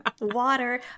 water